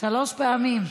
שלוש פעמים.